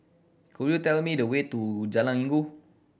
could you tell me the way to Jalan Inggu